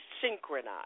synchronized